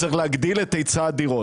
צריכים להגדיל את היצע הדירות.